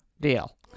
Deal